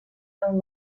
and